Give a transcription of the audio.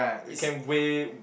you can weigh